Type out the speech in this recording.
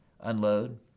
unload